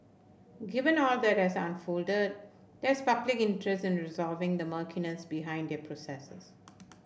given all that has unfolded there is public interest in resolving the murkiness behind their processes